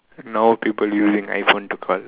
now people using iPhone to call